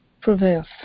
prevails